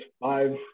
five